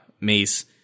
Mace